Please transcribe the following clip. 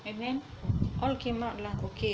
and then all came out lah